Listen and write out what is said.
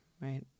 right